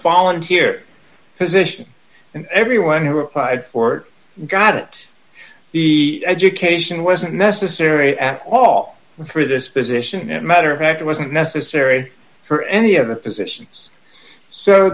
volunteer position and everyone who applied for got it the education wasn't necessary at all for this position it mattered had it wasn't necessary for any of the positions so